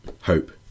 hope